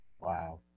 Wow